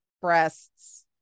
breasts